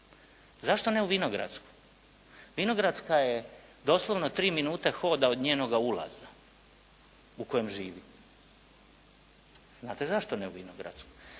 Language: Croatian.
Zašto ne u Vinogradsku? Vinogradska je doslovno 3 minute hoda od njenoga ulaza u kojem živi. Znate zašto ne u Vinogradsku?